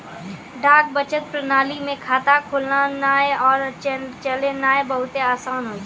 डाक बचत प्रणाली मे खाता खोलनाय आरु चलैनाय बहुते असान होय छै